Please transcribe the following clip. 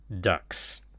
Ducks